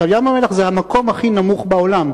ים-המלח זה המקום הכי נמוך בעולם.